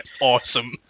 awesome